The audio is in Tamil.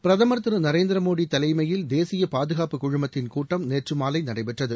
பிரதமர் திரு நரேந்திர மோடி தலைமையில் தேசிய பாதுகாப்புக்குழுமத்தின் கூட்டம் நேற்று மாலை நடைபெற்றது